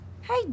Hey